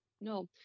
No